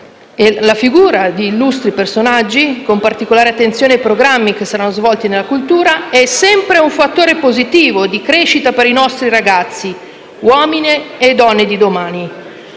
la figura di illustri personaggi, con particolare attenzione ai programmi che saranno svolti, è sempre un fattore positivo di crescita per i nostri ragazzi, uomini e donne di domani.